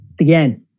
again